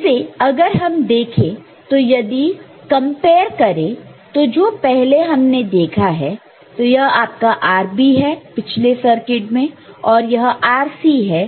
इसे अगर हम देखें तो यदि कंपेयर करें तू जो पहले हमने देखा है तो यह आपका RB है पिछले सर्किट में और यह RC है